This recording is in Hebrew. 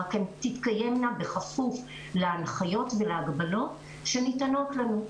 רק הן תתקיימנה בכפוף להנחיות ולהגבלות שניתנות לנו.